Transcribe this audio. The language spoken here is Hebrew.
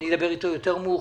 אני אדבר אתו יותר מאוחר.